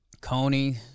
Coney